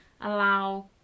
allow